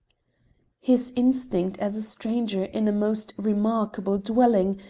his instinct as a stranger in a most remarkable dwelling,